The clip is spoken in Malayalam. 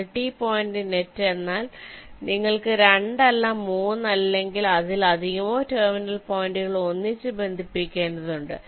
മൾട്ടി പോയിന്റ് നെറ്റ് എന്നാൽ നിങ്ങൾക്ക് 2 അല്ല 3 അല്ലെങ്കിൽ അതിലധികമോ ടെർമിനൽ പോയിന്റുകൾ ഒന്നിച്ച് ബന്ധിപ്പിക്കേണ്ടതുണ്ട്